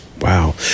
Wow